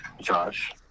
Josh